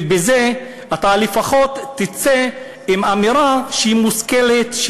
ובזה לפחות תצא עם אמירה שהיא מושכלת,